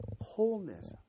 wholeness